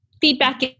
Feedback